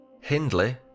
Hindley